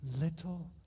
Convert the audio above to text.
little